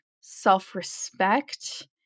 self-respect